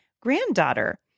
granddaughter